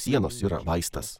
sienos yra vaistas